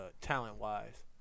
talent-wise